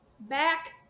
Back